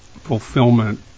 Fulfillment